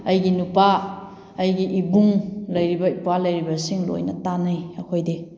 ꯑꯩꯒꯤ ꯅꯨꯄꯥ ꯑꯩꯒꯤ ꯏꯕꯨꯡ ꯂꯩꯔꯤꯕ ꯏꯄ꯭ꯋꯥ ꯂꯩꯔꯤꯕꯁꯤꯡ ꯂꯣꯏꯅ ꯇꯥꯟꯅꯩ ꯑꯩꯈꯣꯏꯗꯤ